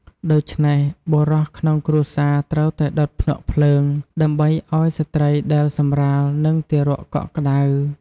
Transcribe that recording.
ដូច្នេះ បុរសក្នុងគ្រួសារត្រូវតែដុតភ្នក់ភ្លើង ដើម្បីឱ្យស្ត្រីដែលសម្រាល និងទារកកក់ក្ដៅ។